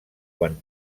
quan